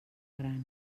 gran